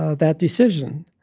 ah that decision